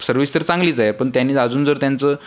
service तर चांगलीच आहे पण त्यांनी जर अजून जर त्यांचं